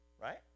Right